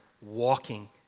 walking